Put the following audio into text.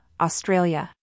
Australia